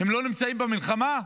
הם לא נמצאים במלחמה?